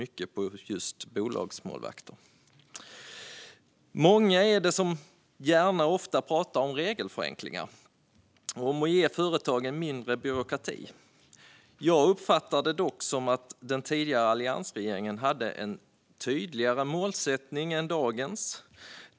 Det är många som gärna och ofta talar om regelförenklingar och om att ge företagen mindre byråkrati. Jag uppfattar det dock som att den tidigare alliansregeringen hade en tydligare målsättning än dagens regering.